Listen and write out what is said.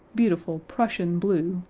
beautiful prussian blue,